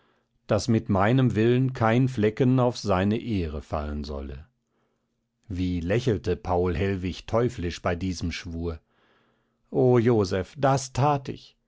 daß mit meinem willen kein flecken auf seine ehre fallen solle wie lächelte paul hellwig teuflisch bei diesem schwur o joseph das that ich